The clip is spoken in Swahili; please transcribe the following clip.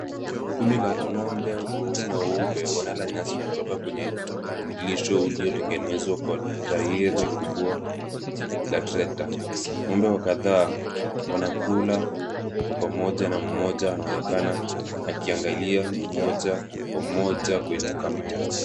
Kundi la ng'ombe weusi na weupe wanala nyasi kutoka kwenye lisho uliotengenezwa kwa tairi kubwa la trekta. Ng'ombe kadhaa wanakula kwa pamoja na mmoja anaonekana akiangalia moja kwa moja kwenye kamera.